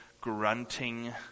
grunting